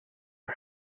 for